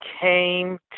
came